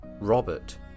Robert